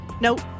Nope